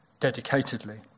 dedicatedly